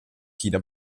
china